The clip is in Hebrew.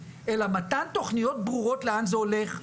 אלא מתן תכניות ברורות לאן זה הולך,